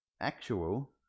actual